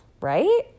right